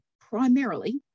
primarily